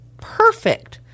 Perfect